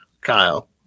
Kyle